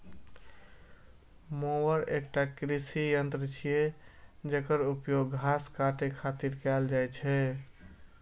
mower एकटा कृषि यंत्र छियै, जेकर उपयोग घास काटै खातिर कैल जाइ छै